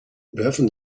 werfen